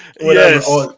yes